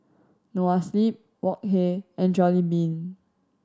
Noa Sleep Wok Hey and Jollibean